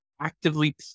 actively